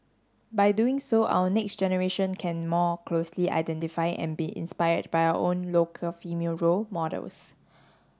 by doing so our next generation can more closely identify and be inspired by our own local female role models